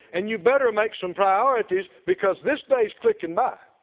and you better make some priorities because this day is clicking by.